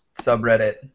subreddit